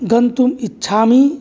गन्तुम् इच्छामि